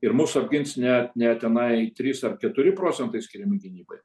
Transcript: ir mus apgins ne ne tenai trys ar keturi procentai skiriami gynybai